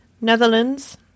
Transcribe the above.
Netherlands